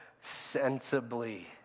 sensibly